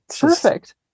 Perfect